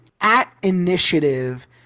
at-initiative